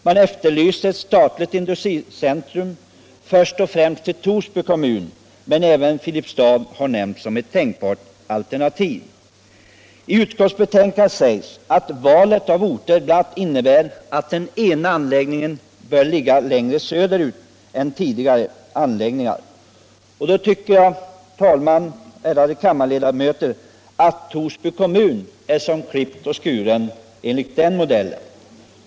Man efterlyste ett statligt industricentrum först och främst till Torsby kommun, men även Filipstad har nämnts som ett tänkbart alternativ. I utskottsbetänkandet sägs att valet av orter bl.a. innebär att den ena anläggningen bör ligga längre söderut än tidigare anläggningar. I så fall tycker jag, fru talman och ärade kammarledamöter, att Torsby kommun är som klippt och skuren för denna lokalisering.